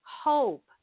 hope